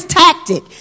tactic